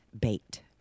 Bait